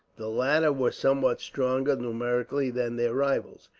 the latter were somewhat stronger, numerically, than their rivals.